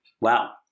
Wow